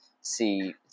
see